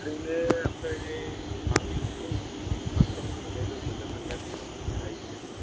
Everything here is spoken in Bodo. ओरैनो ओमफ्राय बांसिन पार्सेन्ट मोननाय जौखोन्दो मोननाया बेसेबां थाहैखो